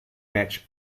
match